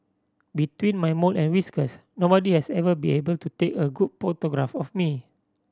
between my mole and whiskers nobody has ever be able to take a good photograph of me